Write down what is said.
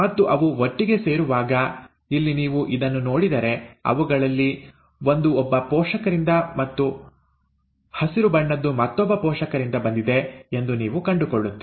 ಮತ್ತು ಅವು ಒಟ್ಟಿಗೆ ಸೇರುವಾಗ ಇಲ್ಲಿ ನೀವು ಇದನ್ನು ನೋಡಿದರೆ ಅವುಗಳಲ್ಲಿ ಒಂದು ಒಬ್ಬ ಪೋಷಕರಿಂದ ಮತ್ತು ಹಸಿರು ಬಣ್ಣದ್ದು ಮತ್ತೊಬ್ಬ ಪೋಷಕರಿಂದ ಬಂದಿದೆ ಎಂದು ನೀವು ಕಂಡುಕೊಳ್ಳುತ್ತೀರಿ